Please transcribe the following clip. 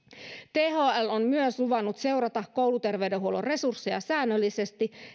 thl on myös luvannut seurata kouluterveydenhuollon resursseja säännöllisesti